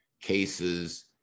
cases